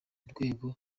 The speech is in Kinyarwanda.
rwego